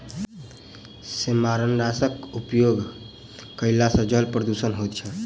सेमारनाशकक उपयोग करला सॅ जल प्रदूषण होइत छै